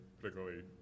particularly